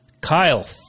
Kyle